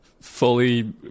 fully